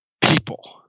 people